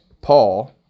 Paul